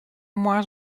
moarns